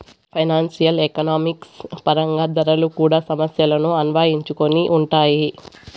financial economics పరంగా ధరలు కూడా సమస్యలను అన్వయించుకొని ఉంటాయి